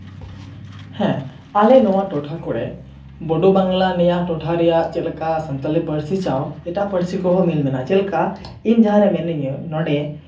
ᱦᱮᱸ ᱟᱞᱮ ᱱᱚᱣᱟ ᱴᱚᱴᱷᱟ ᱠᱚᱨᱮᱫ ᱵᱳᱰᱳ ᱵᱟᱝᱞᱟ ᱱᱤᱭᱟ ᱴᱚᱴᱷᱟ ᱨᱮᱭᱟᱜ ᱪᱮᱫ ᱞᱮᱠᱟ ᱥᱟᱱᱛᱟᱞᱤ ᱯᱟᱹᱨᱥᱤ ᱥᱟᱶ ᱮᱴᱟᱜ ᱯᱟᱹᱨᱥᱤ ᱠᱚᱦᱚᱸ ᱢᱤᱞ ᱢᱮᱱᱟᱜᱼᱟ ᱪᱮᱫ ᱞᱮᱠᱟ ᱤᱧ ᱡᱟᱦᱟᱸᱨᱮ ᱢᱤᱱᱟᱹᱧᱟ ᱱᱚᱸᱰᱮ